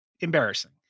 embarrassing